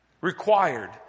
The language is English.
Required